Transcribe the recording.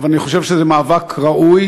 אבל אני חושב שזה מאבק ראוי,